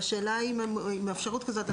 והשאלה היא האם יש אפשרות כזאת.